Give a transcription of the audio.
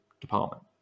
department